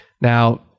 Now